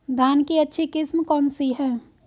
धान की अच्छी किस्म कौन सी है?